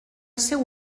seu